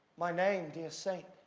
my name, dear saint,